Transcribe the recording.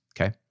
okay